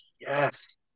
yes